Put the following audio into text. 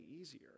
easier